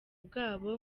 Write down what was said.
bwabo